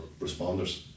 responders